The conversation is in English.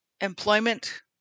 employment